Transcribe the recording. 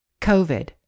COVID